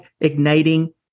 igniting